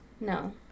No